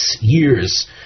years